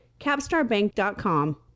capstarbank.com